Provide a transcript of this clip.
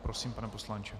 Prosím, pane poslanče.